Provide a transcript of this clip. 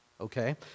Okay